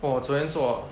!wah! 我昨天做